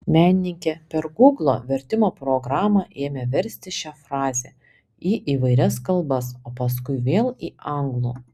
menininkė per gūglo vertimo programą ėmė versti šią frazę į įvairias kalbas o paskui vėl į anglų